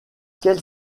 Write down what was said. quel